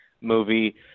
movie